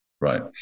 right